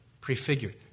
prefigured